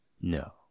No